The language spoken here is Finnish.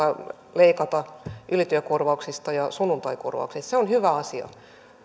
leikata ylityökorvauksista ja sunnuntaikorvauksista se on hyvä asia